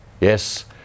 Yes